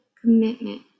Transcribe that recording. commitment